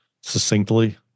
succinctly